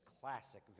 classic